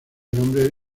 nombre